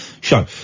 show